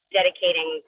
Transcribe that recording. dedicating